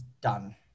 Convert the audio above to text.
done